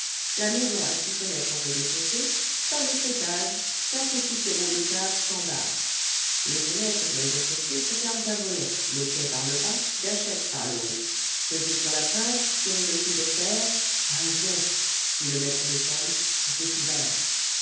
la maison a six fenêtres au rez-de-chaussée pas d'autre étage quatre soupiraux de cave sans barres les fenêtres du rez-de-chaussée se ferment à volets loquet par le bas gâchette par le haut peser sur la plinthe tirer le fil de fer un zest dit le maître d'école et c'est ouvert